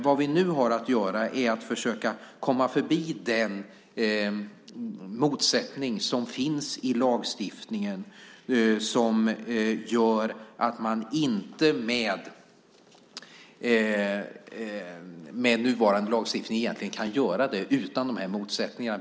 Vad vi nu har att göra är att försöka komma förbi den motsättning som finns i lagstiftningen, det som gör att man inte med nuvarande lagstiftning kan göra det här utan dessa motsättningar.